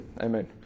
Amen